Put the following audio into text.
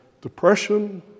depression